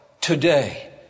today